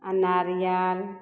आओर नारियल